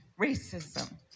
racism